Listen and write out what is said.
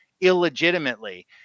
illegitimately